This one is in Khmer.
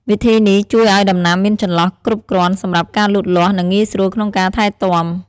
វិធីនេះជួយឱ្យដំណាំមានចន្លោះគ្រប់គ្រាន់សម្រាប់ការលូតលាស់ និងងាយស្រួលក្នុងការថែទាំ។